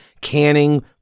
canning